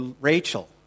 Rachel